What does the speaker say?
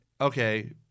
okay